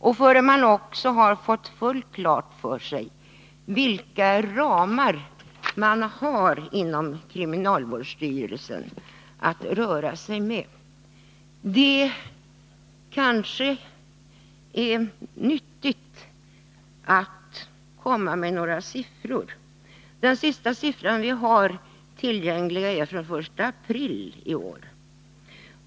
Vi vet ännu inte vilka ekonomiska ramar som kriminalvårdsstyrelsen får till sitt förfogande. Det kan kanske vara nyttigt att nämna några siffror i sammanhanget. De senaste tillgängliga rapporterna är från 1 april i år.